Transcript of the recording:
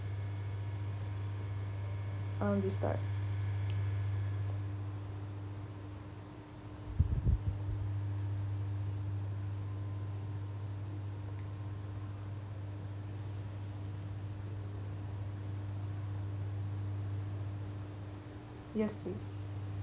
um the start yes please